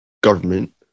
government